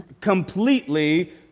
completely